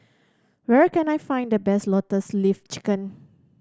where can I find the best Lotus Leaf Chicken